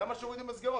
למה שיורידו מסגרות?